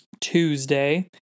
Tuesday